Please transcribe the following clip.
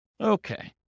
Okay